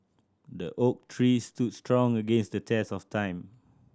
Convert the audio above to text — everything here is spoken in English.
the oak tree stood strong against the test of time